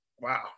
Wow